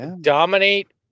Dominate